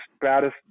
baddest